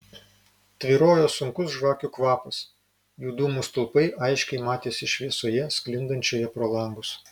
tvyrojo sunkus žvakių kvapas jų dūmų stulpai aiškiai matėsi šviesoje sklindančioje pro langus